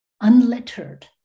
unlettered